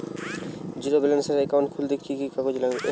Zero ব্যালেন্সের account খুলতে কি কি কাগজ লাগবে?